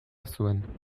zuen